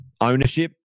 ownership